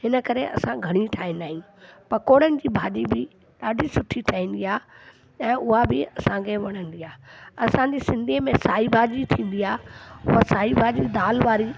हिन करे असां घणी ठाहींदा आहियूं पकौड़नि भाॼी बि ॾाढी सुठी ठहींदी आहे ऐं उहा बि असांखे वणंदी आहे असांजी सिंधी में साई भाॼी थींदी आहे उहा साई भाॼी दालि वारी